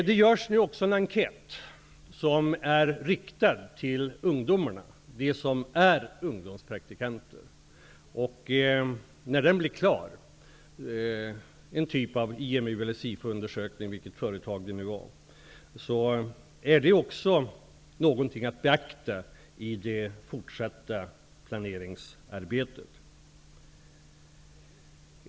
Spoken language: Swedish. Det görs nu också en enkät som är riktad till ungdomarna, de som är ungdomspraktikanter. Det är en typ av IMU eller SIFO-undersökning, vilket företag det nu var. När den blir klar är det också någonting att beakta i det fortsatta planeringsarbetet.